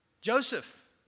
Joseph